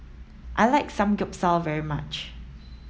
I like Samgeyopsal very much